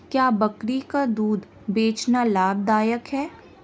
क्या बकरी का दूध बेचना लाभदायक है?